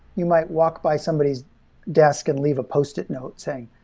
you might walk by somebody's desk and leave a post-it note saying,